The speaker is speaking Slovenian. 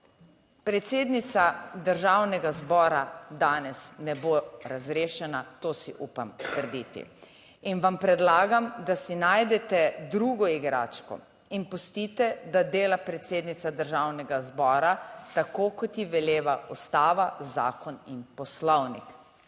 Predsednica Državnega zbora danes ne bo razrešena, to si upam trditi in vam predlagam, da si najdete drugo igračko in pustite, da dela predsednica Državnega zbora tako kot ji veleva Ustava, zakon in Poslovnik.